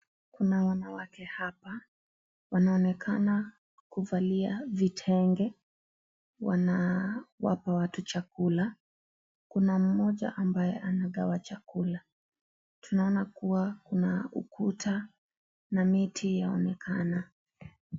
Kuna wanawake hapa. Wanaonekana kuvalia vitenge. Wanawapa watu chakula. Kuna mmoja ambaye anagawa chakula. Tunaona kuwa kuna ukuta na miti yanayoonekana.